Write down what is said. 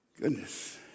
goodness